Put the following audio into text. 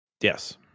Yes